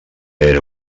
era